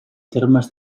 termes